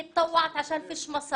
(ממשיכה לתרגם)